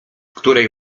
której